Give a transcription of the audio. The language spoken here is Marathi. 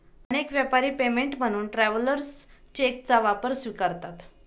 अनेक व्यापारी पेमेंट म्हणून ट्रॅव्हलर्स चेकचा वापर स्वीकारतात